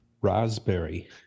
raspberry